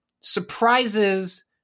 surprises